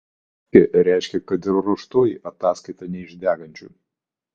žodis spravkė reiškė kad ir ruoštoji ataskaita ne iš degančių